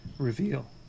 Reveal